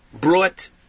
brought